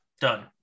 done